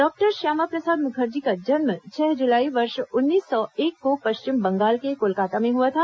doctor Shyama Prasad Mukherjee का जन्म छह जुलाई वर्ष उन्नीस सौ एक को पश्चिम बंगाल के कोलकाता में हुआ था